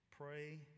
Pray